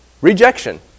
Rejection